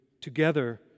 together